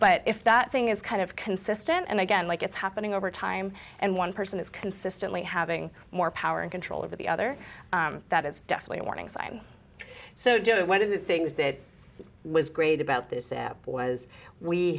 but if that thing is kind of consistent and again like it's happening over time and one person is consistently having more power and control over the other that is definitely a warning sign so joe one of the things that was great about this app was we